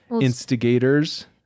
instigators